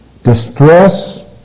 distress